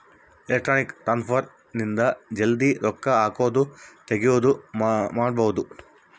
electronic transfer ಇಂದ ಜಲ್ದೀ ರೊಕ್ಕ ಹಾಕೋದು ತೆಗಿಯೋದು ಮಾಡ್ಬೋದು